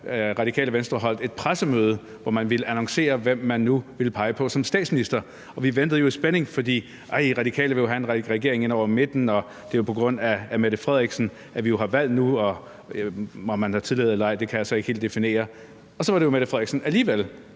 Radikale Venstre holdt et pressemøde, hvor man ville annoncere, hvem man nu vil pege på som statsminister, og vi ventede jo i spænding, fordi De Radikale vil have en regering hen over midten, og fordi det jo er på grund af statsministeren, at vi har valg nu – om man har tillid eller ej, kan jeg så ikke helt definere – og så var det jo alligevel